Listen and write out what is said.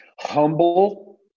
Humble